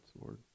Lord